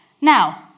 Now